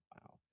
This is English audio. Wow